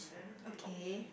okay